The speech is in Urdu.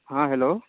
ہاں ہیلو